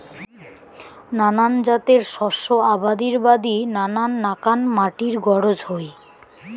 নানান জাতের শস্য আবাদির বাদি নানান নাকান মাটির গরোজ হই